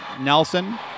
Nelson